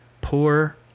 poor